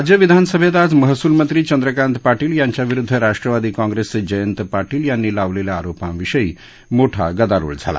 राज्यविधानसभेत आज महसूलमंत्री चंद्रकांत पाटील यांच्याविरुद्ध राष्ट्रवादी काँग्रेसचे जयंत पाटील यांनी लावलेल्या आरोपांविषयी मोठा गदारोळ झाला